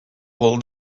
old